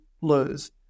lose